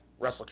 WrestleCast